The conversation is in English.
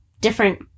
different